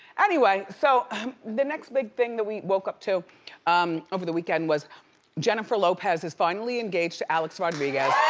anyway, so um the next big thing that we woke up to um over the weekend was jennifer lopez is finally engaged to alex rodriguez.